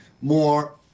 more